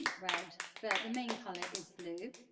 red. but the main colour is blue.